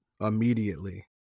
immediately